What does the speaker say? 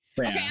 okay